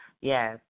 Yes